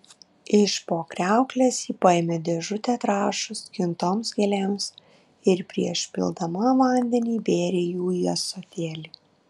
iš po kriauklės ji paėmė dėžutę trąšų skintoms gėlėms ir prieš pildama vandenį įbėrė jų į ąsotėlį